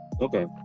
Okay